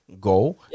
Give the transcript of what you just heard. go